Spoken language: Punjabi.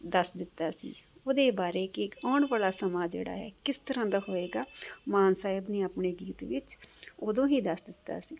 ਦੱਸ ਦਿੱਤਾ ਸੀ ਉਹਦੇ ਬਾਰੇ ਕਿ ਇੱਕ ਆਉਣ ਵਾਲਾ ਸਮਾਂ ਜਿਹੜਾ ਹੈ ਕਿਸ ਤਰ੍ਹਾਂ ਦਾ ਹੋਵੇਗਾ ਮਾਨ ਸਾਹਿਬ ਨੇ ਆਪਣੇ ਗੀਤ ਵਿੱਚ ਉਦੋਂ ਹੀ ਦੱਸ ਦਿੱਤਾ ਸੀ